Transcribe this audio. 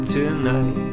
Tonight